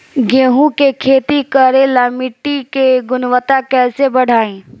गेहूं के खेती करेला मिट्टी के गुणवत्ता कैसे बढ़ाई?